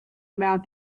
about